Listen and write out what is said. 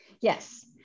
yes